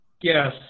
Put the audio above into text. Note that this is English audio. Yes